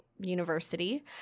university